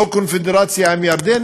לא קונפדרציה עם ירדן,